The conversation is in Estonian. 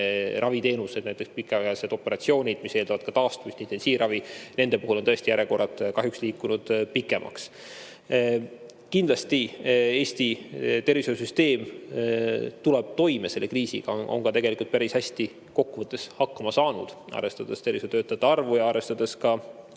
raviteenused, näiteks pikaajalised operatsioonid, mis eeldavad ka taastumist, ja intensiivravi – nende puhul on tõesti järjekorrad kahjuks liikunud pikemaks. Kindlasti Eesti tervishoiusüsteem tuleb toime selle kriisiga, oleme kokku võttes tegelikult päris hästi hakkama saanud, arvestades tervishoiutöötajate arvu ja arvestades